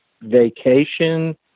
vacation